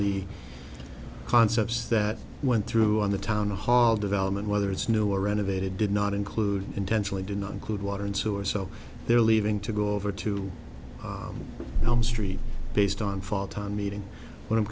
the concepts that went through on the town hall development whether it's new or renovated did not include intentionally did not include water and sewer so they're leaving to go over to elm street based on fall time meeting what i'm